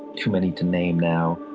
too many to name now.